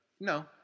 No